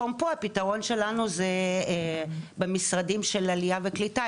מקום פה הפתרון שלנו זה במשרדים של עלייה וקליטה,